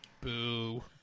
Boo